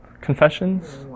confessions